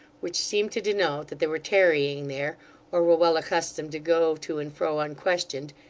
which seemed to denote that they were tarrying there, or were well-accustomed to go to and fro unquestioned,